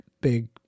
big